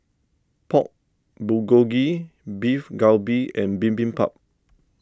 Pork Bulgogi Beef Galbi and Bibimbap